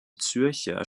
zürcher